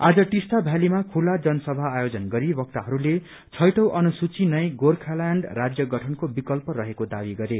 आज टिस्टा भ्यालीमा खुल्ला जनसभा आयोजन गरी वक्ताहरूले छैठौं अनुसूचि नै गोर्खाल्याण्ड राज्य गठनको विकल्प रहेको दावी गरे